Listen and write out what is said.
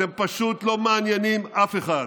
אתם פשוט לא מעניינים אף אחד.